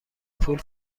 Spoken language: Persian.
پول